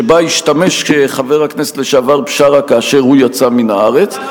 שבה השתמש חבר הכנסת לשעבר בשארה כאשר הוא יצא מן הארץ.